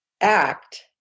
act